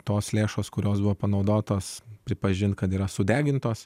tos lėšos kurios buvo panaudotos pripažinti kad yra sudegintos